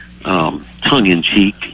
tongue-in-cheek